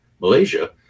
Malaysia